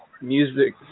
music